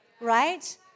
right